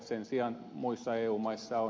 sen sijaan muissa eu maissa on